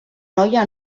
noia